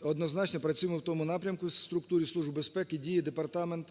однозначно працюємо в тому напрямку, в структурі Служби безпеки діє департамент,